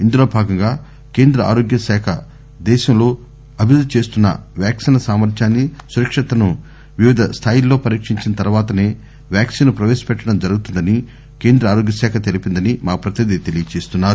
ఇందులో భాగంగా కేంద్ర ఆరోగ్య సఖ దేశంలో అభివృద్ది చేస్తున్న వాక్సిన్ల సామర్ధ్యాన్ని సురక్షితను వివిధ స్థాయిల్లో పరీక్షించిన తర్వాతనే వాక్సిన్ ను ప్రవేశ పెట్టడం జరుగుతుందని కేంద్ర ఆరోగ్య శాఖ తెలిపిందని మా ప్రతినిధి తెలియ చేస్తున్నారు